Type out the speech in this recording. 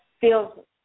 feels